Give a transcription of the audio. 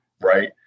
Right